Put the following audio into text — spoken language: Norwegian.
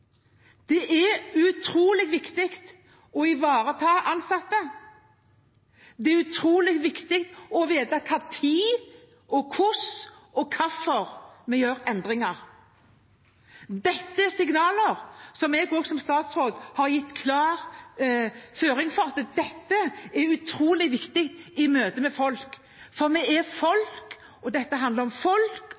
Det er utrolig viktig å ivareta de ansatte. Det er utrolig viktig å vite når, hvordan og hvorfor vi gjør endringer. Dette er signaler som jeg som statsråd har gitt klar føring for er utrolig viktig i møte med folk, for dette handler om folk,